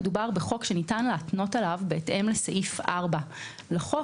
מדובר בחוק שניתן להתנות עליו בהתאם לסעיף 4 לחוק.